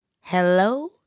Hello